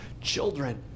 children